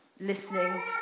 Listening